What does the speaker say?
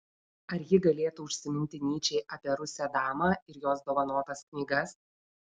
ar ji galėtų užsiminti nyčei apie rusę damą ir jos dovanotas knygas